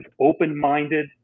open-minded